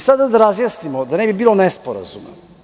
Sada da razjasnimo, da ne bi bilo nesporazuma.